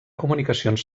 comunicacions